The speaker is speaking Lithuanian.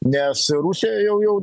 nes rusija jau jau